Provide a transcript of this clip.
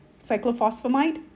cyclophosphamide